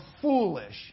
foolish